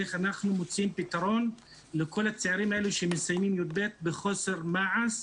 איך אנחנו מוצאים פתרון לכל הצעירים האלו שמסיימים י"ב בחוסר מעש,